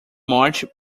march